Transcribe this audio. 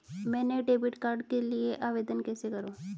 मैं नए debit card के लिए कैसे आवेदन करूं?